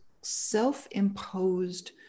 self-imposed